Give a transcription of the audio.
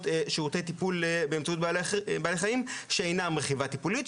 שירותי טיפול באמצעות בעלי חיים שאינם רכיבה טיפולית,